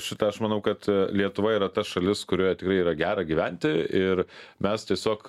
šitą aš manau kad lietuva yra ta šalis kurioje tikrai yra gera gyventi ir mes tiesiog